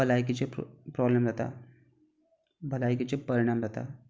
भलायकेचे pro problem जाता भलायकेचे परिणाम जाता